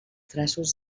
traços